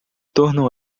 tornam